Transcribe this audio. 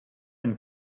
and